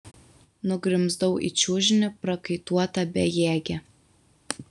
nugrimzdau į čiužinį prakaituota bejėgė